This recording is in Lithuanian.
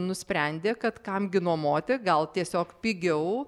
nusprendė kad kam gi nuomoti gal tiesiog pigiau